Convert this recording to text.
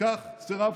לכך סירבתי.